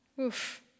Oof